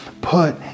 put